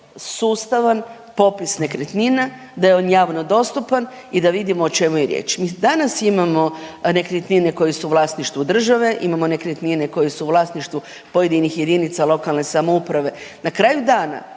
sustavan popis nekretnina, da je on javno dostupan i da vidimo o čemu je riječ. Mi danas imamo nekretnine koje su u vlasništvu države, imamo nekretnine koje su u vlasništvu pojedinih jedinica lokalne samouprave. Na kraju dana